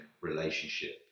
relationship